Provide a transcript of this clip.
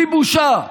בלי בושה.